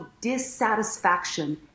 dissatisfaction